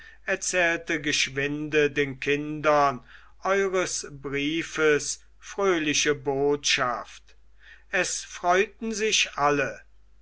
erzählte geschwinde den kindern eures briefes fröhliche botschaft es freuten sich alle